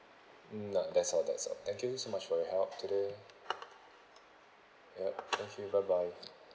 mm no that's all that's all thank you so much for your help today yup thank you bye bye